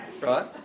Right